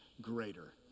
greater